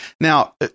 Now